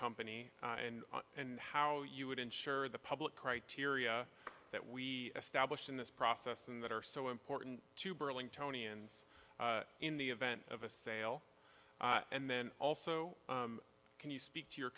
company and and how you would ensure the public criteria that we established in this process that are so important to burling tony and in the event of a sale and then also can you speak to your